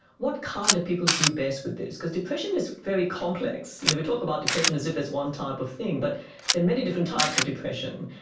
what kind of people do best with this, because depression is very complex. you know, we talk about depression as if it's one type of thing, but there are many different types of depression.